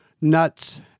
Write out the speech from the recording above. nuts